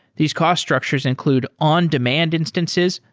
these cost structures include on-demand instances,